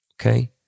okay